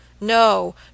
no